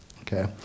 okay